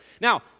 Now